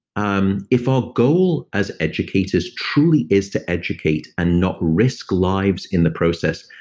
um if our goal as educators truly is to educate, and not risk lives in the process,